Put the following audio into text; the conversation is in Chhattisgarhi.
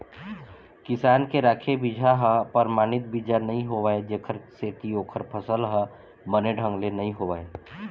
किसान के राखे बिजहा ह परमानित बीजा नइ होवय जेखर सेती ओखर फसल ह बने ढंग ले नइ होवय